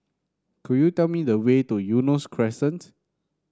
could you tell me the way to Eunos Crescent